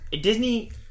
Disney